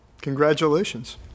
Congratulations